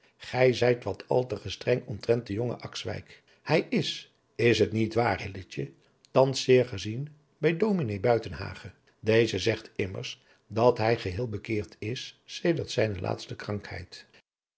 gij zijt wat al te gestreng omtrent den jongen akswijk hij is is het niet waar hilletje thans zeer gezien bij ds buitenhagen deze zegt immers dat hij geheel bekeerd is sedert zijne laatste krankheid